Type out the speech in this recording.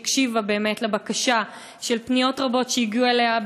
שהקשיבה באמת לבקשות ולפניות רבות שהגיעו אליה,